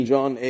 John